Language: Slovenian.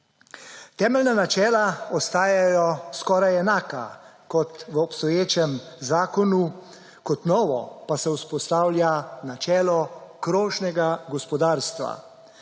Temeljna načela ostajajo skoraj enaka kot v obstoječem zakonu, kot novo pa se vzpostavlja načelo krožnega gospodarstva.